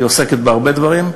היא עוסקת בהרבה דברים,